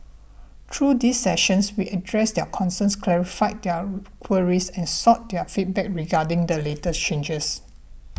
through these sessions we addressed their concerns clarified their queries and sought their feedback regarding the latest changes